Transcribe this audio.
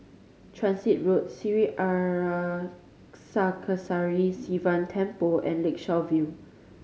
Transit Road Sri Arasakesari Sivan Temple and Lakeshore View